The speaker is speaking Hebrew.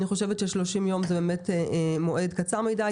אני חושבת ש-30 יום זה באמת מועד קצר מדי,